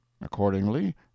accordingly